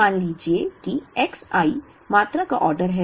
अब मान लीजिए की X i मात्रा का ऑर्डर है